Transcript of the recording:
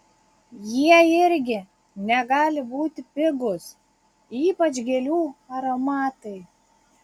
jie irgi negali būti pigūs ypač gėlių aromatai